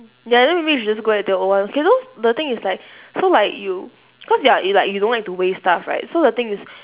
ya then maybe you should just go use the old one okay so the thing is like so like you cause you are you like you don't like to waste stuff right so the thing is